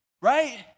right